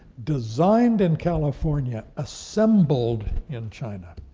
designed in california, assembled in china.